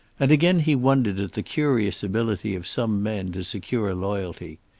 and again he wondered at the curious ability of some men to secure loyalty.